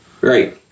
Right